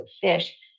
fish